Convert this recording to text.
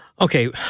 Okay